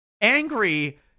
Angry